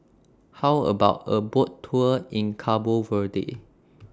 How about A Boat Tour in Cabo Verde